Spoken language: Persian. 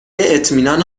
اطمینان